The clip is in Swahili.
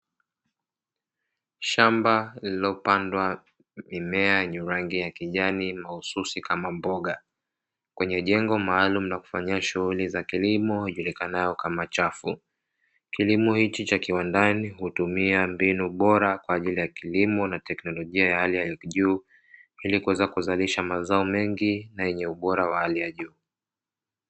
Shamba lililopandwa mimea yenye rangi ya kijani mahususi kama mboga, kwenye jengo maalumu la kufanyia shughuli za ijulikanayo kama chafu, kilimo hichi cha kiwandani hutumia mbinu bora kwa ajili ya kilimo na teknolojia ya hali ya juu, ili kuweza kuzalisha mazao mengi na yenye ubora wa hali ya juu.